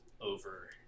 over